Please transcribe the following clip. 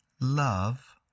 love